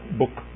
book